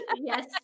yes